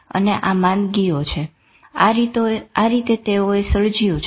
અને આ માંદગીઓ છે અને આ રીતે તેઓએ સર્જયું છે